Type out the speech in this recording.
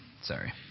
sorry